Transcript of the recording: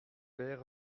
père